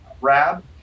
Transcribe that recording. Rab